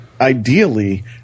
ideally